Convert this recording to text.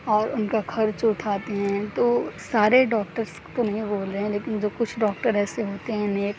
اور ان کا خرچ اٹھاتے ہیں تو سارے ڈاکٹرس کو نہیں بول رہے ہیں لیکن جو کچھ ڈاکٹر ایسے ہوتے ہیں نیک